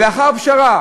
לאחר הפשרה